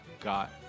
got